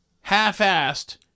half-assed